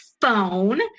phone